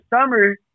summer